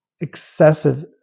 excessive